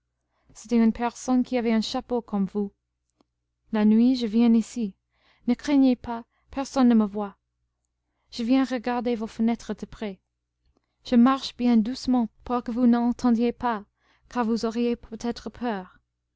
c'était une personne qui avait un chapeau comme vous la nuit je viens ici ne craignez pas personne ne me voit je viens regarder vos fenêtres de près je marche bien doucement pour que vous n'entendiez pas car vous auriez peut-être peur